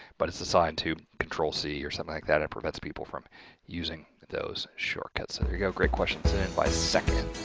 but it's assigned to control c or something like that it prevents people from using those shortcuts. so, there you go. great question send in by seckin.